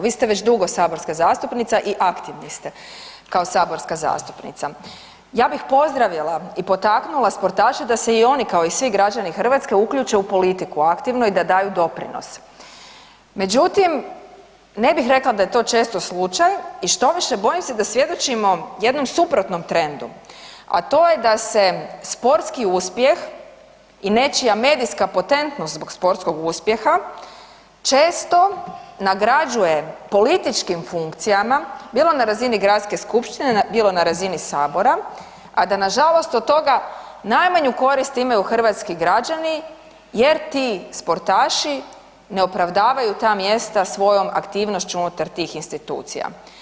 Vi ste već dugo saborska zastupnica i aktivni ste kao saborska zastupnica, ja bih pozdravila i potaknula sportaše da se i oni kao i svi građani Hrvatske uključe u politiku aktivno i da daju doprinos, međutim ne bih rekla da je to često slučaj i štoviše bojim se da svjedočimo jednom suprotnom trendu, a to je da se sportski uspjeh i nečija medijska potentnost zbog sportskog uspjeha često nagrađuje političkim funkcijama, bilo na razini Gradske skupštine, bilo na razini Sabora, a da nažalost od toga najmanju korist imaju hrvatski građani jer ti sportaši ne opravdavaju ta mjesta svojom aktivnošću unutar institucija.